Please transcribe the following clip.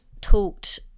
talked